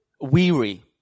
weary